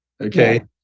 Okay